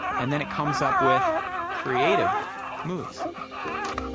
and then it comes up with creative moves.